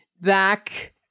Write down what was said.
back